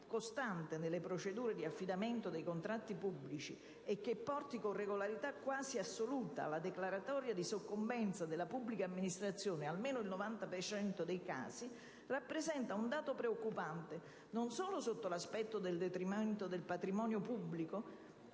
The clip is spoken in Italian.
costante delle procedure di affidamento dei contratti pubblici e che porti, con una regolarità quasi assoluta, alla declaratoria di soccombenza della pubblica amministrazione (almeno nel 90 per cento dei casi) rappresenta un dato preoccupante, non solo sotto l'aspetto del detrimento del patrimonio pubblico